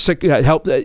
help